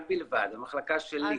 רק בלבד, המחלקה שלי.